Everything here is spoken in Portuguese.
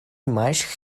mais